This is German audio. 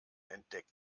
entdeckt